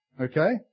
okay